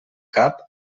cap